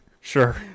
sure